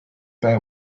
bear